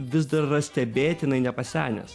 vis dar yra stebėtinai nepasenęs